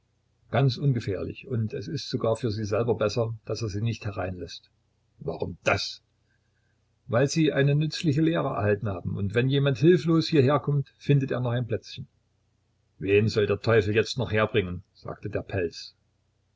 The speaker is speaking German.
ganz ungefährlich und es ist sogar für sie selbst besser daß er sie nicht hereinläßt warum das weil sie eine nützliche lehre erhalten haben und wenn jetzt jemand hilflos hierher kommt findet er noch ein plätzchen wen soll der teufel jetzt noch herbringen sagte der pelz